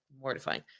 mortifying